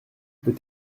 peut